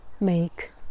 make